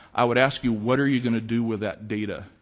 i would ask you what are you going to do with that data?